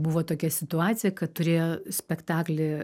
buvo tokia situacija kad turėjo spektaklį